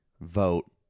Vote